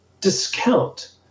discount